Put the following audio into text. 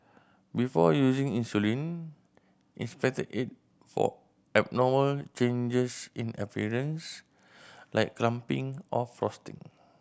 before using insulin inspect it for abnormal changes in appearance like clumping or frosting